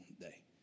day